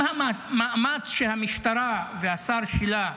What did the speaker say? אם המאמץ של המשטרה והשר שלה,